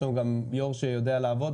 יש לנו גם יושב-ראש שיודע לעבוד,